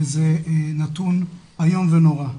וזה נתון איום נורא.